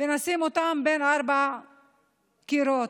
ונשים אותם בין ארבעה קירות.